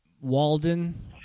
Walden